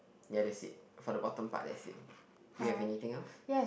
ya that's it for the bottom part that's it do you have anything else